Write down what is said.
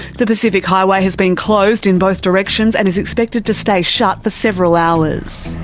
the pacific highway has been closed in both directions and is expected to stay shut for several hours.